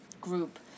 group